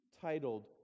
titled